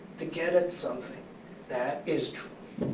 to get at something that is true.